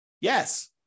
Yes